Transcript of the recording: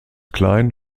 klein